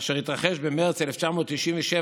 אשר התרחש במרץ 1997,